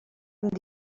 amb